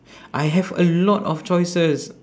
I have a lot of choices